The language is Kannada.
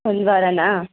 ಒಂದು ವಾರನಾ